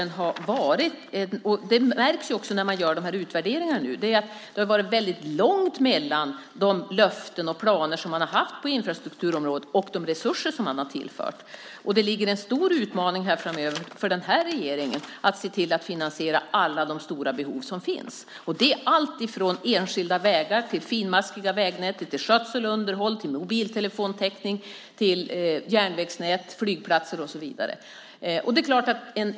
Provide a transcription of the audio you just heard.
När man gör utvärderingarna märks det att det har varit väldigt långt mellan löften och planer på infrastrukturområdet och de resurser som man har tillfört. Det är en stor utmaning för den här regeringen att se till att finansiera alla de stora behov som finns. Det är allt från enskilda vägar till det finmaskiga vägnätet, skötsel och underhåll, mobiltelefontäckning, järnvägsnät, flygplatser och så vidare.